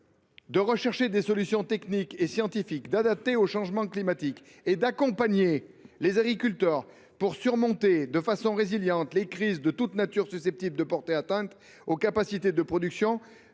De rechercher des solutions techniques et scientifiques d’adaptation au changement climatique et d’accompagner les agriculteurs pour surmonter de façon résiliente les crises de toute nature susceptibles de porter atteinte aux capacités de production